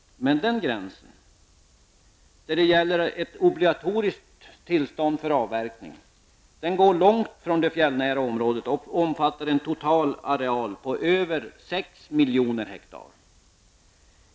Men den gränsen -- där det gäller ett obligatoriskt tillstånd för avverkning -- går långt från det fjällnära området och omfattar en total areal på över 6 miljoner ha.